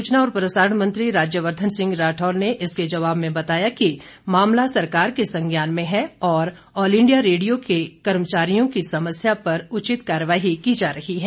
सूचना और प्रसारण मंत्री राज्यवर्धन सिंह राठौर ने इसके जवाब में बताया कि मामला सरकार के संज्ञान में हैं और ऑल इंडिया रेडियो के कर्मचारियों की समस्या पर उचित कार्यवाही की जा रही है